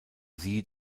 sie